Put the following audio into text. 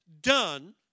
done